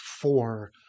four